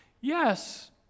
Yes